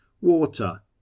Water